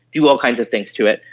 do all kinds of things to it.